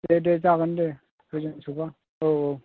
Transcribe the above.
दे दे जागोन दे सयजोनसोबा औ औ